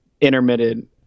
intermittent